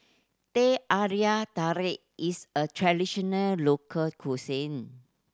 teh tarik is a traditional local cuisine